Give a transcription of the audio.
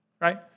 Right